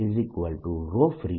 Dfree E DK0E K0 0